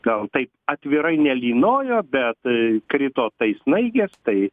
gal taip atvirai nelynojo bet krito tai snaigės tai